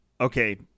okay